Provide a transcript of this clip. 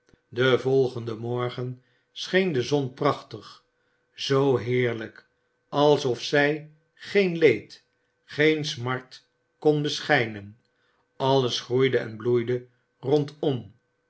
den volgenden morgen scheen de zon prachtig zoo heerlijk alsof zij geen leed geen smart kon beschijnen alles groeide en bloeide rondom